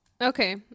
Okay